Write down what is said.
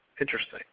Interesting